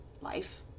life